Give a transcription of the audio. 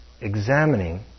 Examining